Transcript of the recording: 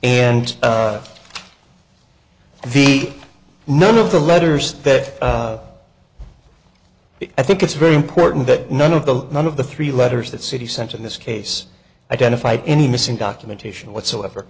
and the none of the letters that i think it's very important that none of the none of the three letters that city center in this case identified any missing documentation whatsoever